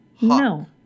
No